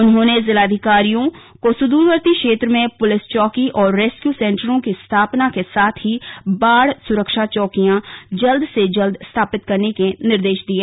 उन्होंने जिलाधिकारियों को सुदूरवर्ती क्षेत्रों में पुलिस चौकी और रेसक्यू सेन्टरों की स्थापना के साथ ही बाढ़ सुरक्षा चौकियां जल्द से जल्द स्थापित करने के निर्देश दिये